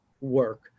work